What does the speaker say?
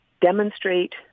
demonstrate